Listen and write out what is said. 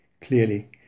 Clearly